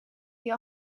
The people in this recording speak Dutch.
die